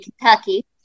Kentucky